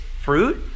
fruit